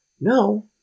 No